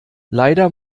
leider